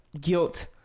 guilt